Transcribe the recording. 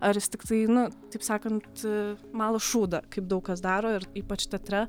ar jis tiktai nu taip sakant mala šūdą kaip daug kas daro ir ypač teatre